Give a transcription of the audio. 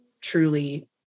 truly